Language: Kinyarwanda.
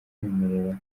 kwemerera